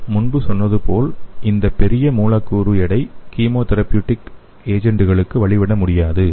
நான் முன்பு சொன்னது போல் இது பெரிய மூலக்கூறு எடை கீமோதெரபியூடிக் முகவர்களுக்கு வழிவிட முடியாதது